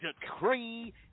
decree